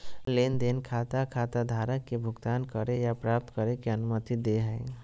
लेन देन खाता खाताधारक के भुगतान करे या प्राप्त करे के अनुमति दे हइ